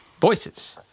voices